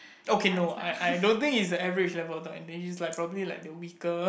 okay no I I don't think he's the average level dog and then he's probably like a weaker